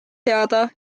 teada